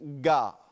God